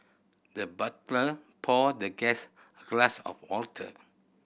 the butler poured the guest glass of water